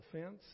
offense